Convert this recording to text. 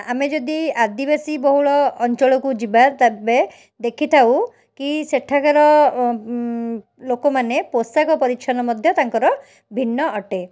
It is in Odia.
ଆମେ ଯଦି ଆଦିବାସୀ ବହୁଳ ଅଞ୍ଚଳକୁ ଯିବା ତେବେ ଦେଖିଥାଉ କି ସେଠାକାର ଲୋକମାନେ ପୋଷାକ ପରିଚ୍ଛନ୍ନ ମଧ୍ୟ ତାଙ୍କର ଭିନ୍ନ ଅଟେ